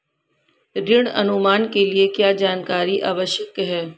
ऋण अनुमान के लिए क्या जानकारी आवश्यक है?